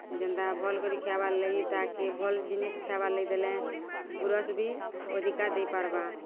ଯେନ୍ତା ଭଲ୍ କରି ଖାଏବାର୍ ଲାଗି ତାହାକେ ଭଲ୍ ଜିନିଷ୍ ଖାଇବାର୍ ଲାଗି ଦେଲେ ଗୁରସ୍ ବି ଅଧିକା ଦେଇପାର୍ବା